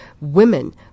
women